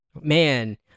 man